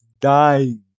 dying